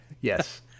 Yes